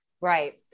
right